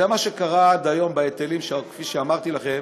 זה מה שקרה עד היום בהיטלים, שאמרתי לכם,